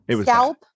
Scalp